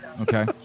okay